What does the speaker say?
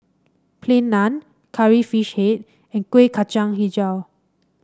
Plain Naan Curry Fish Head and Kueh Kacang hijau